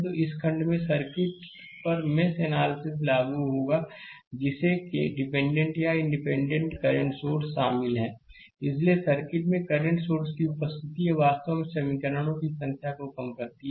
तो इस खंड में सर्किट पर मेष एनालिसिस लागू होगा जिसमें डिपेंडेंट या इंडिपेंडेंट करंट सोर्स शामिल हैं स्लाइड समय देखें 1735 इसलिए सर्किट में करंट सोर्स की उपस्थिति यह वास्तव में समीकरणों की संख्या को कम करती है